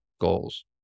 goals